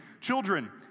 children